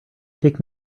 take